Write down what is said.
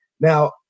Now